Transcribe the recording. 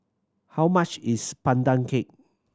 how much is Pandan Cake